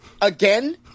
Again